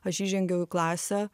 aš įžengiau į klasę